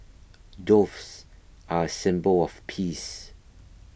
doves are a symbol of peace